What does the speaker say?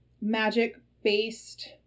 magic-based